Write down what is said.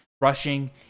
rushing